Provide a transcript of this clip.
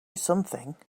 something